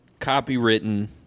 copywritten